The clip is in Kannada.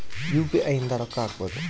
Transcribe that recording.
ಯು.ಪಿ.ಐ ಇಂದ ರೊಕ್ಕ ಹಕ್ಬೋದು